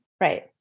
Right